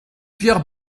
pierre